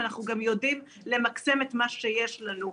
אבל אנחנו גם יודעים למקסם את מה שיש לנו.